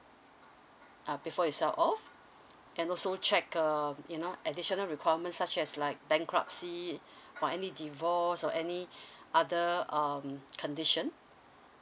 uh before you sell off and also check um you know additional requirement such as like bankruptcy or any divorce or any other um condition